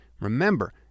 Remember